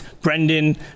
Brendan